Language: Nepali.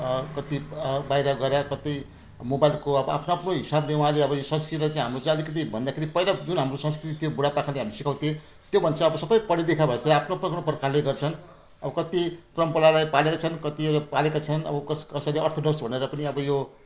कति बाहिर गएर कति मोबाइलको अब आफ्नो आफ्नो हिसाबले उहाँले अब यो संस्कृतिलाई चाहिँ अब हाम्रो चाहिँ अलिकिति भन्दाखेरि पहिला जुन हाम्रो संस्कृत थियो त्यो बुढापाकाले हामीलाई सिकाउँथेँ त्यो मान्छे अब सबै पढालेखा भएर चाहिँ आफ्नो आफ्नो प्रकारले गर्छन् अब कति परम्परालाई पालेका छन् कतिले पालेका छैनन् अब कस कसैले अर्थडोक्स भनेर पनि अब यो